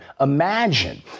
Imagine